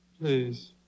Please